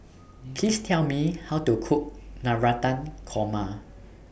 Please Tell Me How to Cook Navratan Korma